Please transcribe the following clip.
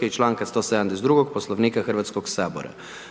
i članka 172. Poslovnika Hrvatskog sabora.